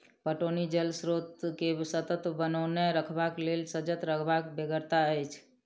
पटौनी जल स्रोत के सतत बनओने रखबाक लेल सजग रहबाक बेगरता अछि